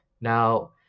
Now